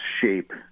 shape